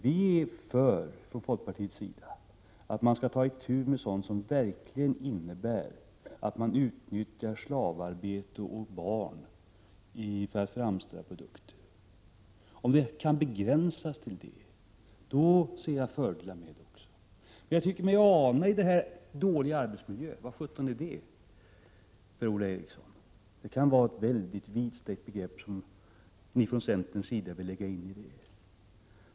Vi är från folkpartiets sida för att man skall ta itu med de fall där slavarbetare och barnarbetare verkligen utnyttjas för att framställa produkter. Om en klausul kan begränsas på så sätt ser också jag fördelar med den. Men ta t.ex. begreppet dålig arbetsmiljö — vad sjutton är det, Per-Ola Eriksson? Det kan vara en väldigt vidsträckt innebörd som ni från centerns sida vill lägga in i det begreppet.